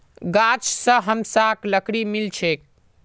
गाछ स हमसाक लकड़ी मिल छेक